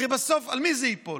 הרי בסוף, על מי זה ייפול?